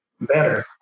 better